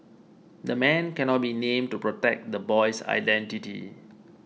the man cannot be named to protect the boy's identity